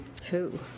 Two